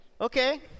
Okay